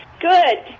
Good